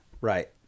Right